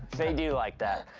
they do like that.